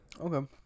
Okay